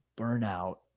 burnout